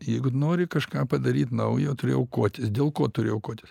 jeigu nori kažką padaryt naujo turi aukotis dėl ko turi aukotis